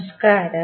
നമസ്കാരം